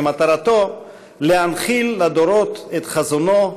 שמטרתו להנחיל לדורות את חזונו,